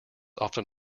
often